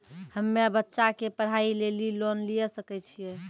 हम्मे बच्चा के पढ़ाई लेली लोन लिये सकय छियै?